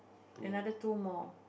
another two more